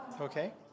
okay